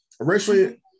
Originally